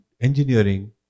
engineering